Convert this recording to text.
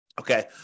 Okay